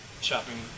shopping